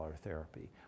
therapy